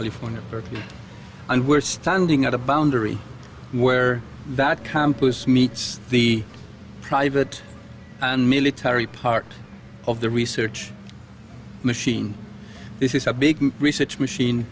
california berkeley and we're standing at a boundary where that campus meets the private and military part of the research machine this is a big research machine